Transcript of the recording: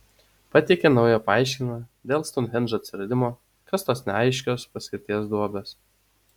pateikė naują paaiškinimą dėl stounhendžo atsiradimo kas tos neaiškios paskirties duobės